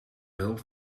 behulp